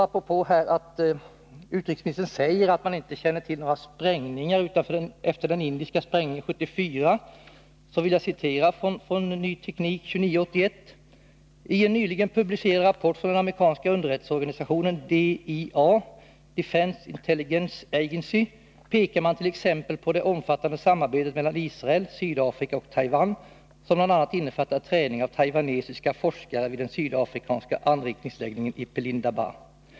Eftersom utrikesministern säger att man inte känner till några sprängningar efter den indiska sprängningen 1974, vill jag citera ur tidskriften: ”I en nyligen publicerad rapport från den amerikanska underrättelseorganisationen DIA, Defence Intelligence Agency, pekar man t.ex. på det omfattande samarbetet mellan Israel, Sydafrika och Taiwan, som bland annat innefattar träning av taiwanesiska forskare vid den sydafrikanska anrikningsanläggningen i Pelindaba.